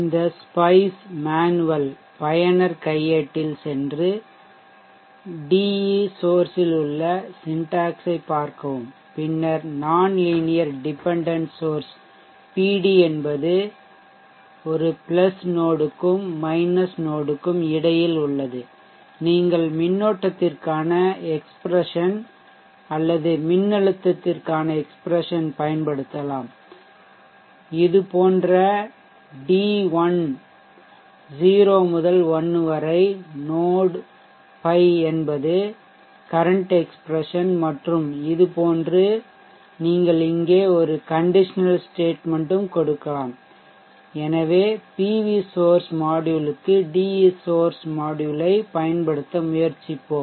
இந்த SPICE manual பயனர் கையேட்டில் சென்று de சோர்ஸில் உள்ள சின்டாக்சை ப் பார்க்கவும் பின்னர் non linear dependence source PD என்பது ஒரு பிளஸ் நோட்க்கும் மைனஸ் நோட்க்கும் இடையில் உள்ளது நீங்கள் மின்னோட்டத்திற்கான எக்ஸ்ப்ரெஷன் அல்லது மின்னழுத்தத்திற்கான எக்ஸ்ப்ரெஷன் பயன்படுத்தலாம் இது போன்ற D1 0 முதல் 1 வரை நோட் ϕ என்பது கரன்ட் எக்ஸ்ப்ரெஷன் மற்றும் இதுபோன்று நீங்கள் இங்கே ஒரு கண்டிஷனல் ஸ்டேட்மென்ட் ம் கொடுக்கலாம் எனவே PV சோர்ஷ் மாட்யூல்க்கு de சோர்ஷ் மாட்யூல்யைப் பயன்படுத்த முயற்சிப்போம்